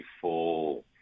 full